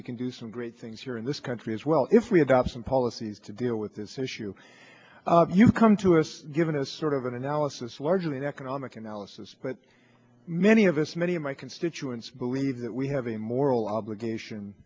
we can do some great things here in this country as well if we adopt some policies to deal with this issue you come to us given as sort of an analysis largely economic analysis but many of us many of my constituents believe that we have a moral obligation